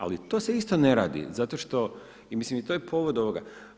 Ali, to se isto ne radi, zato što, i mislim, to je povod ovoga.